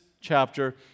chapter